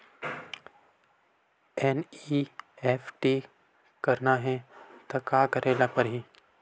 NEFT करना हे त का करे ल पड़हि?